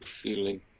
feeling